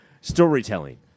Storytelling